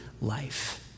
life